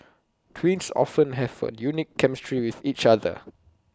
twins often have A unique chemistry with each other